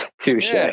Touche